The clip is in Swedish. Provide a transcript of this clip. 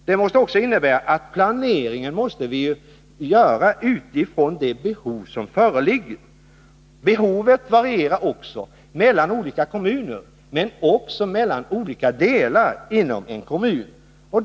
Detta måste innebära att planeringen också måste ske utifrån det behov som föreligger. Behovet varierar mellan olika kommuner men också mellan olika delar inom en och samma kommun.